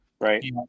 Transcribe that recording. right